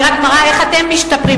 אני רק מראה איך אתם משתפרים.